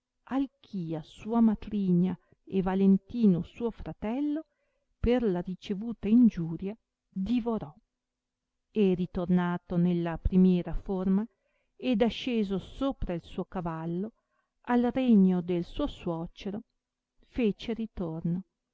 e fattosi lupo alchia sua matrigna e valentino suo fratello per la ricevuta ingiuria divorò e ritornato nella primiera forma ed asceso sopra il suo cavallo al regno del suo suocero fece ritorno